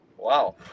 Wow